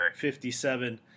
57